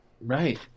Right